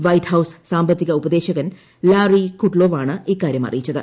white House സാമ്പത്തിക ഉപദേശകൻ Larry Kudlow ആണ് ഇക്കാര്യം അറിയിച്ചത്